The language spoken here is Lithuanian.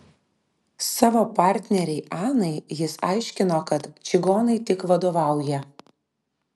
savo partnerei anai jis aiškino kad čigonai tik vadovauja